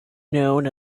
known